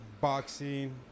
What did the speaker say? Boxing